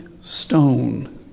stone